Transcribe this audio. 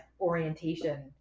orientation